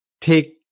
take